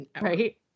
Right